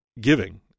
giving